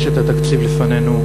יש תקציב לפנינו,